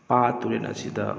ꯄꯥꯠ ꯇꯨꯔꯦꯟ ꯑꯁꯤꯗ